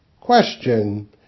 Question